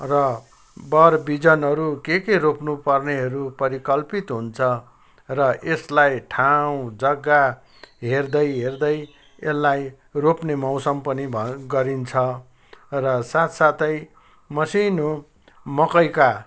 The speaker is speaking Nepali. र बरबिजनहरू के के रोप्नुपर्नेहरू परिकल्पित हुन्छ र यसलाई ठाउँ जग्गा हेर्दै हेर्दै यसलाई रोप्ने मौसम पनि भएर गरिन्छ र साथसाथै मसिनो मकैका